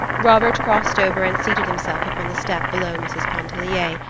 robert crossed over and seated himself upon the step below mrs. pontellier,